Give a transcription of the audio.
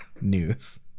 news